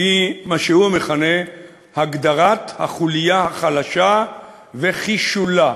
היא מה שהוא מכנה "הגדרת החוליה החלשה וחישולה".